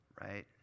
right